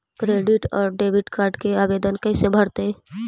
Credit और debit card के आवेदन कैसे भरैतैय?